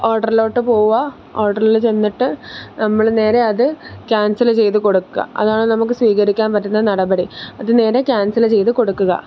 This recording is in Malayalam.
ഓർഡറിലോട്ട് പോവുക ഓർഡറിൽ ചെന്നിട്ട് നമ്മൾ നേരെ അത് ക്യാൻസല് ചെയ്ത് കൊടുക്കുക അതാണ് നമുക്ക് സ്വീകരിക്കാൻ പറ്റുന്ന നടപടി അത് നേരെ ക്യാൻസല് ചെയ്തു കൊടുക്കുക